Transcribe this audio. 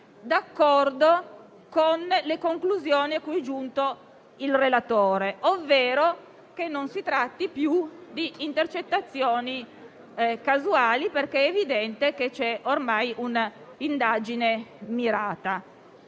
d'accordo con le conclusioni cui è giunto il relatore, ovvero che non si tratti più di intercettazioni casuali, perché è evidente che c'è ormai un'indagine mirata.